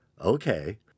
Okay